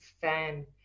fan